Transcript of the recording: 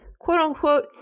quote-unquote